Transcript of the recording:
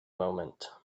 moment